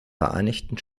vereinigten